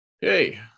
Hey